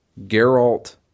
Geralt